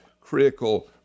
critical